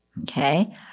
Okay